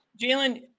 jalen